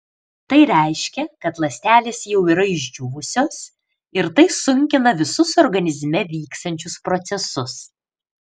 tai reiškia kad ląstelės jau yra išdžiūvusios ir tai sunkina visus organizme vyksiančius procesus